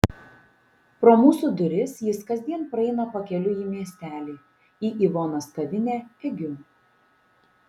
pro mūsų duris jis kasdien praeina pakeliui į miestelį į ivonos kavinę egiu